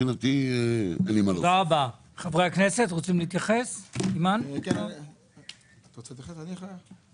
חברת הכנסת אימאן ח'טיב יאסין, בקשה.